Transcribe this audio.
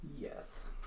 Yes